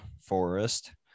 Forest